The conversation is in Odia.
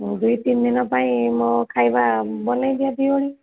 ହଁ ଦୁଇ ତିନିଦିନ ପାଇଁ ମୋ ଖାଇବା ବନେଇ ଦିଅ ଦୁଇ ଓଳି